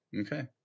Okay